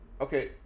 Okay